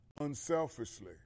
unselfishly